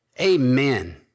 amen